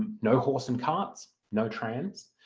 no horse and carts, no trams